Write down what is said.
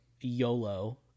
YOLO